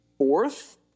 Fourth